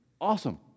awesome